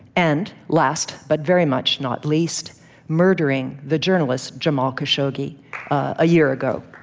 and last but very much not least murdering the journalist jamal khashoggi a year ago.